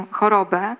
chorobę